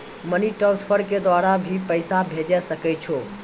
Money transfer के द्वारा भी पैसा भेजै सकै छौ?